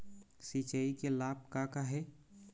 सिचाई के लाभ का का हे?